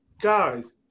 Guys